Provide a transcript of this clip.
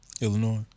Illinois